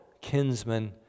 kinsman